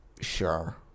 Sure